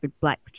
black